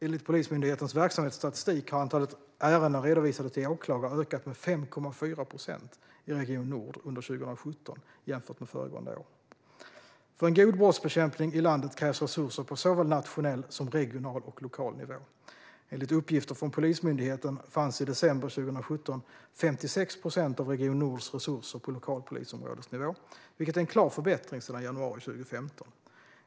Enligt Polismyndighetens verksamhetsstatistik har antalet ärenden redovisade till åklagare ökat med 5,4 procent i Region nord under 2017 jämfört med föregående år. För en god brottsbekämpning i landet krävs resurser på såväl nationell som regional och lokal nivå. Enligt uppgifter från Polismyndigheten fanns i december 2017 56 procent av Region nords resurser på lokalpolisområdesnivå, vilket är en klar förbättring sedan januari 2015.